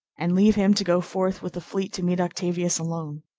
and leave him to go forth with the fleet to meet octavius alone.